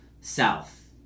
south